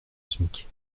smic